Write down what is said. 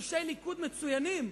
אנשי ליכוד מצוינים,